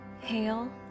Hail